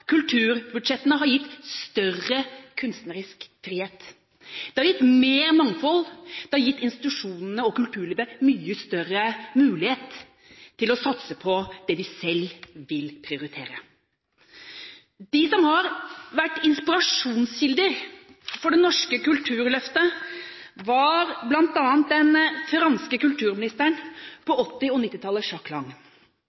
kulturbudsjettene har gitt større kunstnerisk frihet. Det har gitt mer mangfold. Det har gitt institusjonene og kulturlivet mye større mulighet til å satse på det de selv vil prioritere. En av dem som var inspirasjonskilde for det norske kulturløftet, var den franske kulturministeren på